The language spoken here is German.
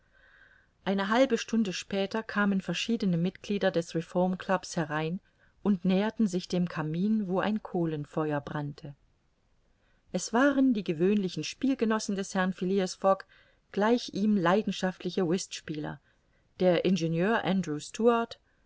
eine halbe stunde später kamen verschiedene mitglieder des reformclubs herein und näherten sich dem kamin wo ein kohlenfeuer brannte es waren die gewöhnlichen spielgenossen des herrn phileas fogg gleich ihm leidenschaftliche whistspieler der ingenieur